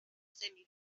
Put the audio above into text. semi